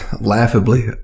laughably